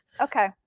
okay